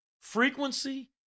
frequency